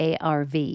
ARV